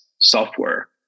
software